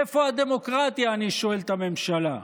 איפה הדמוקרטיה, אני שואל את הממשלה,